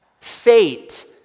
fate